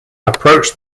approached